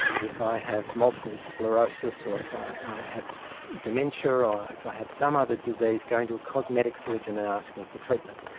if i have multiple sclerosis or if i have dementia or or if i have some other disease, going to a cosmetic surgeon and asking for treatment,